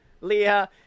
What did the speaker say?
Leah